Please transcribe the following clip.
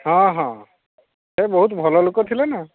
ହଁ ହଁ ସେ ବହୁତ ଭଲ ଲୋକ ଥିଲେ ନା